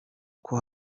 uko